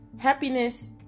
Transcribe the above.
Happiness